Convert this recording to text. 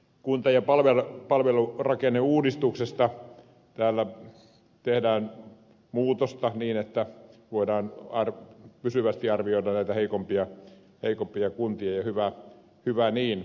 kunta ja palvelurakenneuudistuksesta annettuun lakiin täällä tehdään muutosta niin että voidaan pysyvästi arvioida näitä heikompia kuntia ja hyvä niin